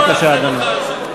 בבקשה, אדוני.